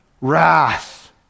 Wrath